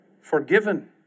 Forgiven